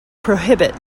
prohibit